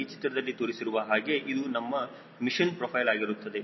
ಈ ಚಿತ್ರದಲ್ಲಿ ತೋರಿಸಿರುವ ಹಾಗೆ ಇದು ನಿಮ್ಮ ಮಿಷನ್ ಪ್ರೊಫೈಲ್ ಆಗಿರುತ್ತದೆ